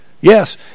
Yes